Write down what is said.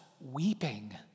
weeping